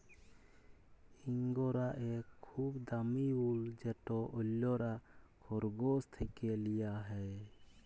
ইঙ্গরা ইক খুব দামি উল যেট অল্যরা খরগোশ থ্যাকে লিয়া হ্যয়